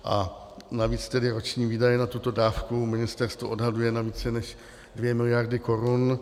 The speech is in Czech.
A navíc tedy roční výdaje na tuto dávku ministerstvo odhaduje na více než 2 miliardy korun.